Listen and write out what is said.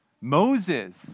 Moses